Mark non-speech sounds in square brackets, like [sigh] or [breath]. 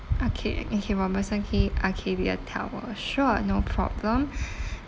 arca~ okay robertson quay arcadia tower sure no problem [breath]